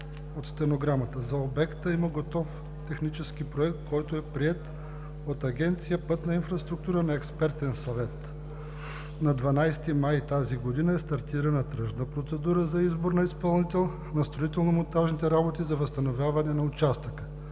от стенограмата: „За обекта има готов технически проект, който е приет от Агенция „Пътна инфраструктура“ на експертен съвет. На 15 май тази година е стартирана тръжна процедура за избор на изпълнител на строително монтажните работи за възстановяване на участъка.